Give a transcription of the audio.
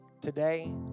Today